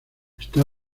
está